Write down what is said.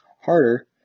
harder